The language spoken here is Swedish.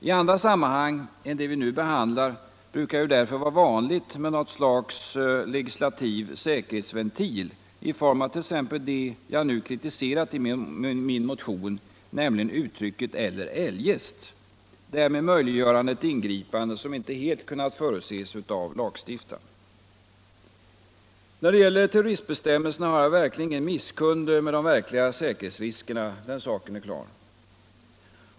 I andra sammanhang än det vi nu behandlar brukar det därför vara vanligt med något slag av legislativ säkerhetsventil i form av t.ex. det jag nu kritiserat i min motion, nämligen uttrycket ”eller eljest”, därmed möjliggörande ett ingripande som inte helt kunnat förutses av lagstiftaren. När det gäller terroristbestämmelserna har jag verkligen ingen misskund med de verkliga säkerhetsriskerna.